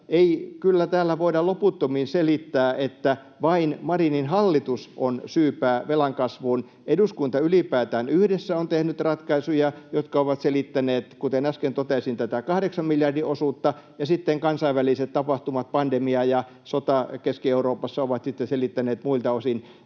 ei kyllä täällä voida loputtomiin selittää, että vain Marinin hallitus on syypää velan kasvuun. Eduskunta ylipäätään on yhdessä tehnyt ratkaisuja, jotka ovat selittäneet, kuten äsken totesin, tätä 8 miljardin osuutta, ja sitten kansainväliset tapahtumat, pandemia ja sota Keski-Euroopassa, ovat selittäneet sitä muilta osin,